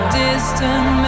distant